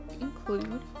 include